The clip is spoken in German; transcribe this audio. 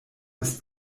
ist